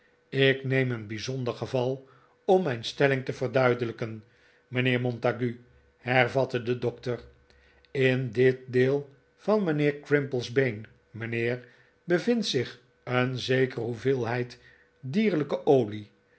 ik neem een bijzonder geval om mijn stelling te verduidelijken mijnheer montague hervatte de dokter in dit deel van mijnheer crimple's been mijnheer bevindt zich e'en zekere hoeveelheid dierlijke olie